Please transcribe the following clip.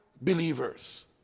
believers